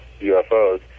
UFOs